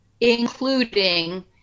including